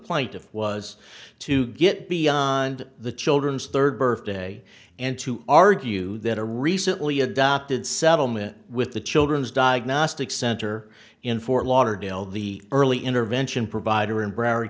point of was to get beyond the children's third birthday and to argue that a recently adopted settlement with the children's diagnostic center in fort lauderdale the early intervention provider in broward